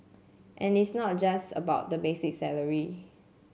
and it's not a just about the basic salary